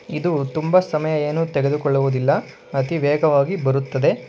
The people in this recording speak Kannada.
ಇದು ತುಂಬ ಸಮಯ ಏನು ತೆಗೆದುಕೊಳ್ಳುವುದಿಲ್ಲ ಅತೀ ವೇಗವಾಗಿ ಬರುತ್ತದೆ